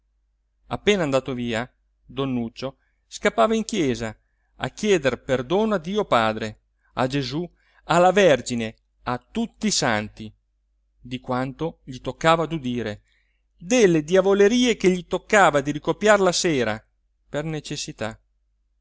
appena andato via don nuccio scappava in chiesa a chieder perdono a dio padre a gesù alla vergine a tutti i santi di quanto gli toccava d'udire delle diavolerie che gli toccava di ricopiar la sera per necessità